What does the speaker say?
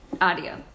audio